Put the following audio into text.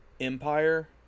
Empire